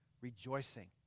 rejoicing